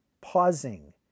pausing